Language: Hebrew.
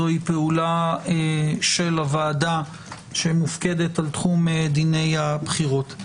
זוהי פעולה של הוועדה שמופקדת על תחום דיני הבחירות.